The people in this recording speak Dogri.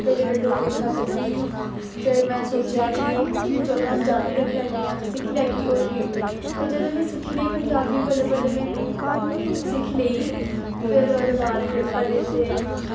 ते जिसलै डोगरी खत्म होई गेई फिर में सोचेआ कि पंजाबी रक्खी लैन्नी आं सिक्खी लैग्गी होर केह् ते फिर जिसलै सिक्खी लेई पंजाबी बल्लैं बल्लैं में सिक्खी लेई फिर ओह्दे बाद पेपर दित्ते